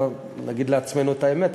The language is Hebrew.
נגיד לעצמנו את האמת,